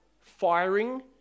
firing